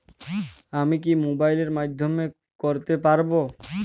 আমি কি মোবাইলের মাধ্যমে করতে পারব?